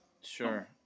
Sure